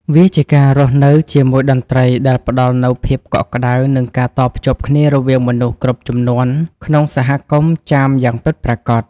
វាជាការរស់នៅជាមួយតន្ត្រីដែលផ្តល់នូវភាពកក់ក្តៅ និងការតភ្ជាប់គ្នារវាងមនុស្សគ្រប់ជំនាន់ក្នុងសហគមន៍ចាមយ៉ាងពិតប្រាកដ។